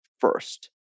first